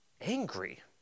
angry